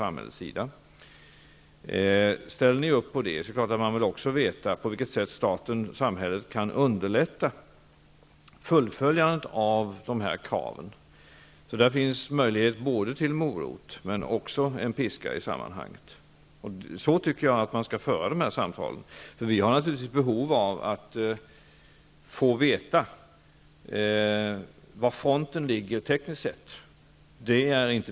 Om industrin ställer upp på det vill dess företrädare naturligtvis veta på vilket sätt staten kan underlätta uppfyllandet av kraven. Det finns möjligheter både till morot och piska i sammanhanget. Så tycker jag att man skall föra dessa samtal. Vi har behov av att få veta var fronten ligger tekniskt sett.